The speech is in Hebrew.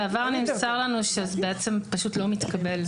בעבר נמסר לנו שזה פשוט לא מתקבל.